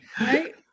right